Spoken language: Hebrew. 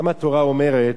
התורה גם אומרת: